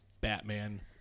Batman